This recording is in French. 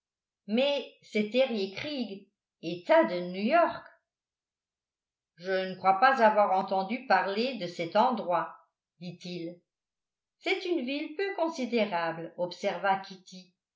mais cet eriécreek etat de new-york je ne crois pas avoir entendu parler de cet endroit dit-il c'est une ville peu considérable observa kitty